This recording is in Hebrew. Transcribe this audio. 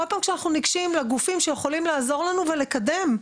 כל פעם שאנחנו נגשים לגופים שיכולים לעזור לנו ולקדם,